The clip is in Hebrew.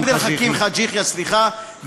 עבד אל חכים חאג' יחיא, סליחה.